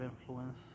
influence